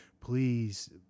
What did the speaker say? please